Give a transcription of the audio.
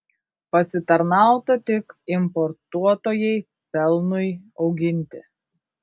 pasitarnauta tik importuotojai pelnui auginti